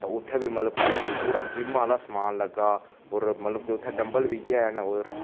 तां उत्थै बी मतलब कि पूरा जिम आह्ला समान लग्गा होर मतलब कि उत्थैं डम्बल बी हैन होर